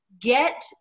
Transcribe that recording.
get